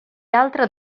altra